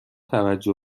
توجه